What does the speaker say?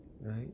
Right